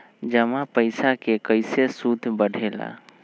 जमा पईसा के कइसे सूद बढे ला?